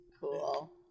cool